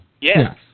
Yes